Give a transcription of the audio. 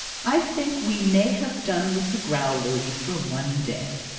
i think we may have done with the growlery for one day!